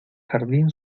jardín